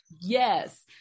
Yes